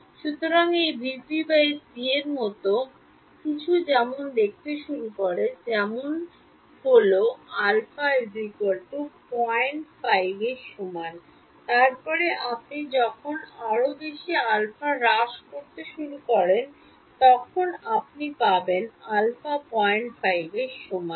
সুতরাং এই vp c এর মতো কিছু দেখতে শুরু করে যেমন হল আলফা ০75 এর সমান তারপরে আপনি যখন আরও বেশি আলফা হ্রাস করতে শুরু করেন তখন আপনি পাবেন আলফা ০৫ এর সমানএ